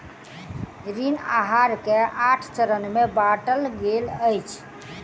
ऋण आहार के आठ चरण में बाटल गेल अछि